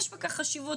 יש לכך חשיבות,